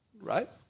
right